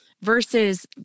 versus